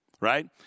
right